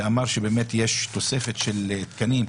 והוא אמר באמת שיש תוספת תקנים,